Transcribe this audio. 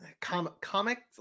comic